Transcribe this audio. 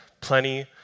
plenty